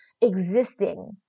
existing